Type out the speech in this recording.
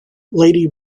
lady